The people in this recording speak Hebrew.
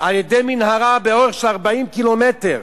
על-ידי מנהרה באורך של 40 קילומטר,